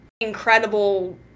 incredible